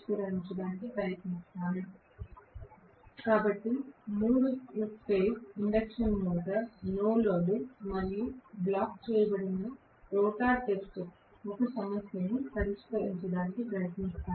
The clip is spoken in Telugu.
స్లయిడ్ సమయం చూడండి 1649 కాబట్టి 3 phase induction motor no load మరియు బ్లాక్ చేయబడిన రోటర్ టెస్ట్ ఒక సమస్యను పరిష్కరించడానికి ప్రయత్నిస్తాను